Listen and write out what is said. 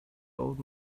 old